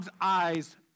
eyes